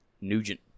Nugent